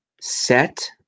set